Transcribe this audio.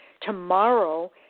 tomorrow